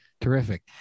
Terrific